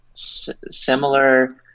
similar